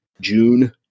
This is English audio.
June